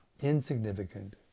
insignificant